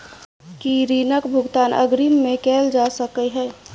की ऋण कऽ भुगतान अग्रिम मे कैल जा सकै हय?